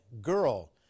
girl